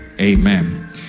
amen